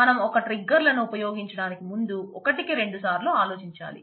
మనం ఒక ట్రిగ్గర్ లను ఉపయోగించడానికి ముందు ఒకటికి రెండుసార్లు ఆలోచించాలి